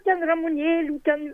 ten ramunėlių ten